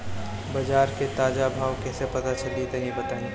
बाजार के ताजा भाव कैसे पता चली तनी बताई?